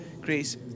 Greece